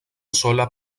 sola